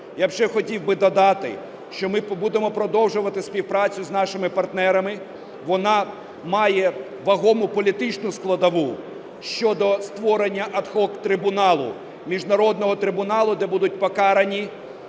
б ще хотів би додати, що ми будемо продовжувати співпрацю з нашими партнерами, вона має вагому політичну складову, щодо створення ad hoc трибуналу, міжнародного трибуналу, де будуть покарані,